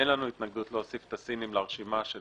אין לנו התנגדות להוסיף את הסינים לרשימה של